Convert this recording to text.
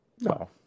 No